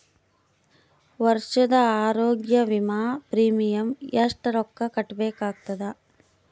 ವರ್ಷದ ಆರೋಗ್ಯ ವಿಮಾ ಪ್ರೀಮಿಯಂ ಎಷ್ಟ ರೊಕ್ಕ ಕಟ್ಟಬೇಕಾಗತದ?